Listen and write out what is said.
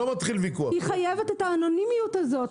היא חייבת את האנונימיות הזאת.